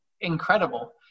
incredible